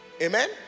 Amen